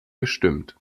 gestimmt